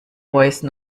voice